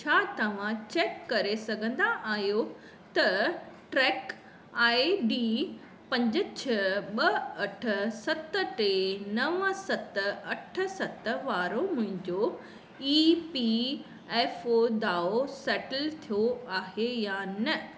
छा तव्हां चेक करे सघंदा आहियो त ट्रैक आई डी पंज छह ॿ अठ सत टे नव सत अठ सत वारो मुंहिंजो ई पी एफ ओ दावो सेटल थियो आहे या न